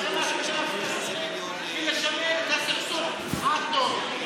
אתה כובש, אתה רוצה לשמר את הסכסוך עד תום.